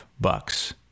bucks